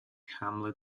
hamlet